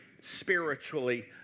spiritually